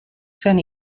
zen